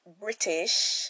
British